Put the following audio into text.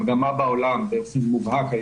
המגמה בעולם, באופן מובהק,